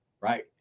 Right